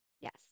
Yes